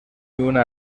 una